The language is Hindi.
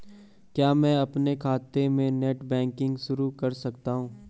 क्या मैं अपने खाते में नेट बैंकिंग शुरू कर सकता हूँ?